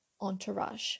entourage